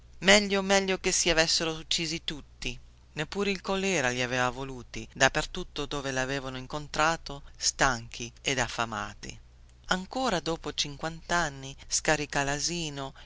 meglio meglio che ci avessero uccisi tutti neppure il colèra gli aveva voluti da per tutto dove lavevano incontrato stanchi ed affamati ancora dopo cinquantanni scaricalasino